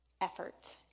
effort